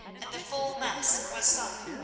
and the full mass was sung,